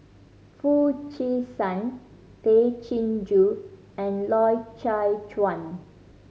Foo Chee San Tay Chin Joo and Loy Chye Chuan